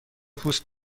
پوست